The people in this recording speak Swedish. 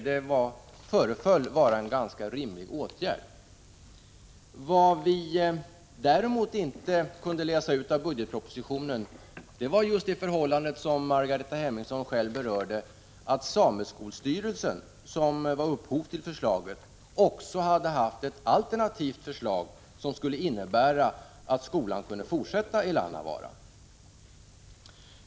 Det föreföll vara en ganska rimlig åtgärd. Vad vi däremot inte kunde läsa ut av budgetpropositionen var det förhållande som Margareta Hemmingsson själv berörde: att sameskolstyrelsen, som var upphovet till förslaget, också hade haft ett alternativt förslag, som skulle innebära att skolan i Lannavaara kunde fortsätta sin verksamhet.